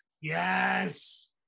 Yes